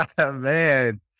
Man